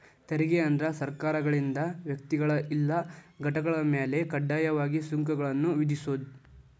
ತೆರಿಗೆ ಅಂದ್ರ ಸರ್ಕಾರಗಳಿಂದ ವ್ಯಕ್ತಿಗಳ ಇಲ್ಲಾ ಘಟಕಗಳ ಮ್ಯಾಲೆ ಕಡ್ಡಾಯವಾಗಿ ಸುಂಕಗಳನ್ನ ವಿಧಿಸೋದ್